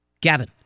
Gavin